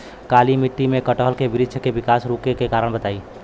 काली मिट्टी में कटहल के बृच्छ के विकास रुके के कारण बताई?